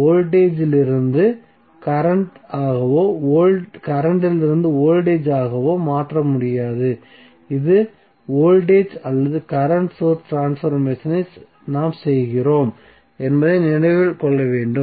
voltage இலிருந்து current ஆகவோ current இலிருந்து வோல்டேஜ் ஆகவோ மாற்ற முடியாது இது வோல்டேஜ் அல்லது கரண்ட் சோர்ஸ் ட்ரான்ஸ்பர்மேசனை நாம் செய்கிறோம் என்பதையும் நினைவில் கொள்ள வேண்டும்